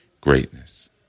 greatness